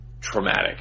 traumatic